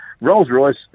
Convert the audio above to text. Rolls-Royce